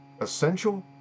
essential